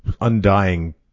undying